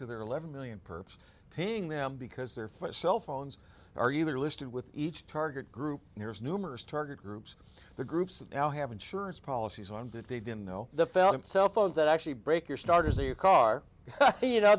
to their eleven million perps paying them because their foot cell phones are either listed with each target group and there's numerous target groups the groups now have insurance policies on that they didn't know the felon cell phones that actually break or start to see a car you know